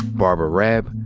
barbara raab,